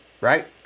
right